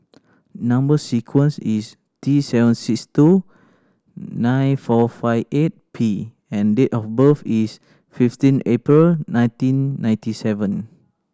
number sequence is T seven six two nine four five eight P and date of birth is fifteen April nineteen ninety seven